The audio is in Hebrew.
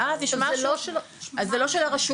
אז זה לא של הרשות רק.